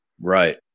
Right